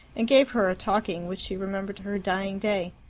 and gave her a talking which she remembered to her dying day.